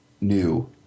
new